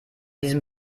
diesem